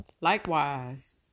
Likewise